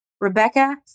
Rebecca